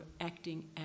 acting